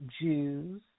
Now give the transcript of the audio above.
Jews